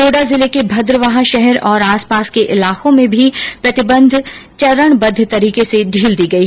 डोडा जिले के भद्रवाह शहर और आसपास के इलाको में भी प्रतिबंध में चरणबद्ध तरीके से ढील दी गयी